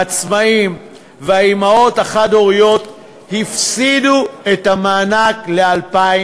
העצמאים והאימהות החד-הוריות הפסידו את המענק ל-2015.